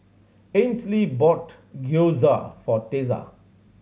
Ainsley bought Gyoza for Tessa